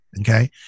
Okay